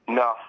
no